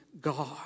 God